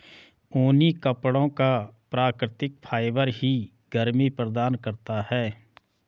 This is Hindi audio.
ऊनी कपड़ों का प्राकृतिक फाइबर ही गर्मी प्रदान करता है